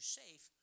safe